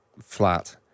flat